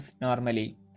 normally